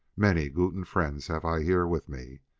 many guten friends haff i here with me.